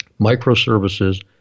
Microservices